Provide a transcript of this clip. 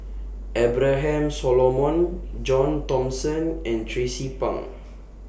Abraham Solomon John Thomson and Tracie Pang